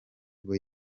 bwo